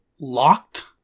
locked